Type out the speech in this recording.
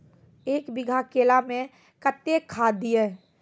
एक बीघा केला मैं कत्तेक खाद दिये?